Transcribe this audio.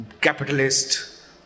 capitalist